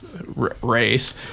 race